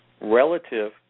relative